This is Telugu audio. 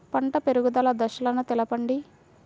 పంట పెరుగుదల దశలను తెలపండి?